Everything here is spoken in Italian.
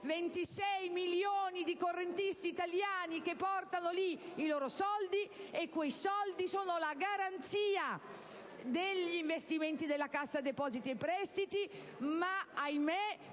26 milioni di correntisti italiani che portano lì i loro soldi, e quei soldi sono la garanzia degli investimenti della Cassa depositi e prestiti, ma ahimè